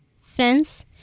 Friends